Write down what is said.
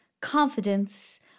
confidence